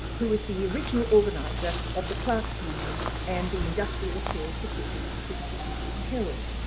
who is the original organizer of the clerks union and the industrial affairs reporter for the sydney morning herald.